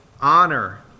Honor